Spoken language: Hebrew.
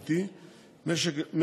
ביטן, אנחנו